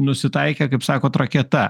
nusitaikė kaip sakot raketa